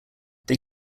they